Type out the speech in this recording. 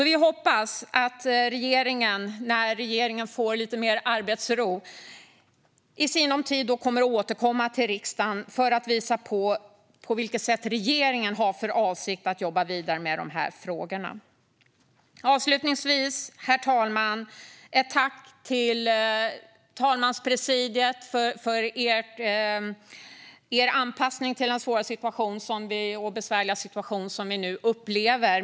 Vi hoppas att regeringen när den får lite mer arbetsro i sinom tid återkommer till riksdagen för att visa på vilket sätt den har för avsikt att jobba vidare med de frågorna. Herr talman! Avslutningsvis vill jag rikta ett tack till talmanspresidiet för er anpassning till den svåra och besvärliga situation som vi nu upplever.